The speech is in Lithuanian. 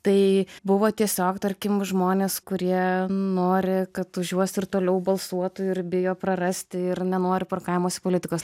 tai buvo tiesiog tarkim žmonės kurie nori kad už juos ir toliau balsuotų ir bijo prarasti ir nenori parkavimosi politikos